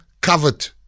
covered